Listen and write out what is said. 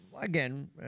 again